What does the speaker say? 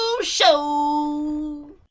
Show